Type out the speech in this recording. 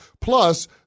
Plus